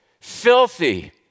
filthy